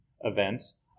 events